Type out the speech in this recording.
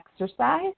exercise